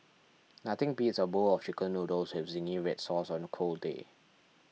nothing beats a bowl of Chicken Noodles with Zingy Red Sauce on a cold day